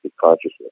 consciousness